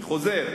אני חוזר: